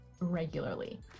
regularly